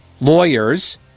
lawyers